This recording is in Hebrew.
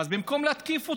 אז במקום להתקיף אותם,